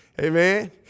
amen